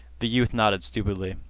the youth nodded stupidly.